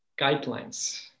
guidelines